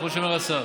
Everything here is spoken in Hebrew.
כמו שאומר השר.